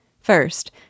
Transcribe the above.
First